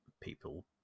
people